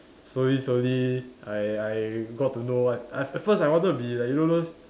slowly slowly I I got to know what at at first I wanted to be like you know those